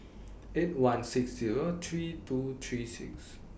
eight one six Zero three two three six